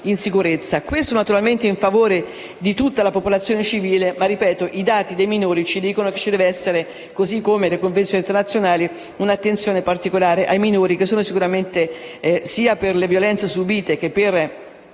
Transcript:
Questo, naturalmente, in favore di tutta la popolazione civile, ma - ripeto - i dati sui minori ci dicono che ci deve essere, così come chiedono le convenzioni internazionali, un'attenzione particolare sui minori che, sia per le violenze subite che per